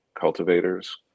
cultivators